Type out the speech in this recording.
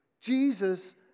Jesus